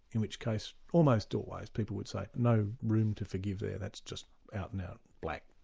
in which case, almost always people would say no room to forgive there, that's just out-and-out black.